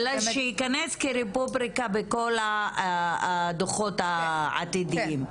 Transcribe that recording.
אלא שייכנס כרובריקה בכל הדוחות העתידיים.